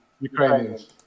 Ukrainians